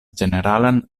ĝeneralan